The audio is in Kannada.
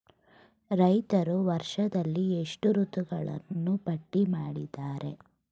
ರೈತರು ವರ್ಷದಲ್ಲಿ ಎಷ್ಟು ಋತುಗಳನ್ನು ಪಟ್ಟಿ ಮಾಡಿದ್ದಾರೆ?